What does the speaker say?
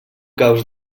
caos